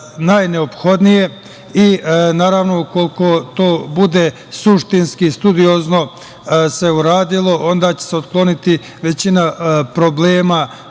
najneophodnije i, naravno, ukoliko se to bude suštinski, studiozno uradilo, onda će se otkloniti većina problema